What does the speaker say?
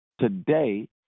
today